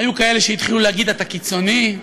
היו כאלה שהתחילו להגיד: אתה קיצוני.